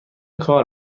کار